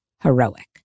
Heroic